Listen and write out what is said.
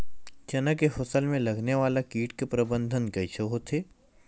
चना के फसल में लगने वाला कीट के प्रबंधन कइसे होथे?